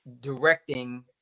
directing